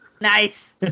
Nice